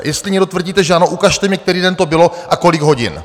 Jestli někdo tvrdíte, že ano, ukažte mi, který den to bylo a kolik hodin.